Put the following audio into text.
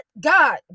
God